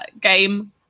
game